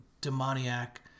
demoniac